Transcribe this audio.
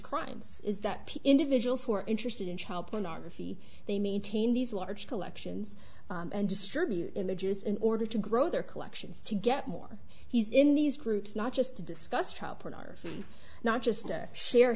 crimes is that p individuals who are interested in child pornography they maintain these large collections and distribute images in order to grow their collections to get more he's in these groups not just to discuss child pornography not just to share